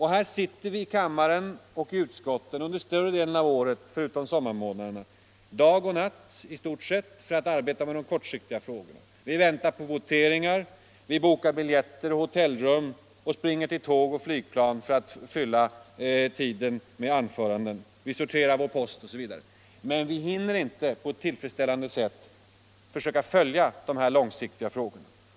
Här sitter vi i kammaren och utskotten under större delen av året — utom under sommarmånaderna -— i stort sett dag och natt för att arbeta med de kortsiktiga frågorna. Vi väntar på voteringar, vi bokar biljetter och hotellrum, vi springer till tåg och flygplan, vi sorterar vår post, osv. Men vi hinner inte på ett tillfredsställande sätt följa de långsiktiga frågorna.